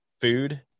food